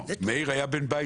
מאיר היה בן בית